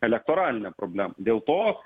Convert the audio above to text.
elekoralinę problem dėl to